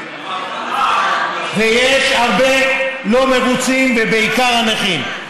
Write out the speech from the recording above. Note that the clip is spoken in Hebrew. יש הרבה לא מרוצים, ובעיקר הנכים.